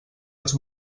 els